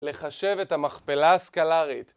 לחשב את המכפלה הסקלרית